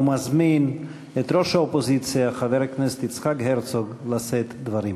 ומזמין את ראש האופוזיציה חבר הכנסת יצחק הרצוג לשאת דברים.